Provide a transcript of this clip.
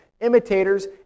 imitators